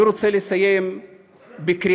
אני רוצה לסיים בקריאה,